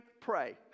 Pray